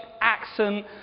accent